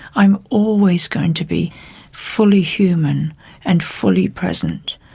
i'm always going to be fully human and fully present,